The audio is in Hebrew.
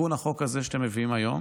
תיקון החוק הזה שאתם מביאים היום